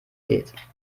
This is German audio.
geht